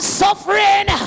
suffering